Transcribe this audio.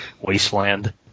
wasteland